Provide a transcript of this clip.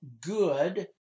good